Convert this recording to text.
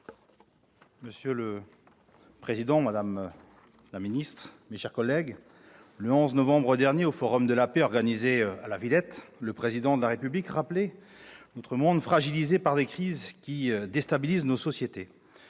Monsieur le président, madame la ministre, mes chers collègues, le 11 novembre dernier, au Forum de la paix organisé à la Villette, le Président de la République rappelait notre monde « fragilisé par des crises qui déstabilisent nos sociétés